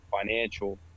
financial